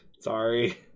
Sorry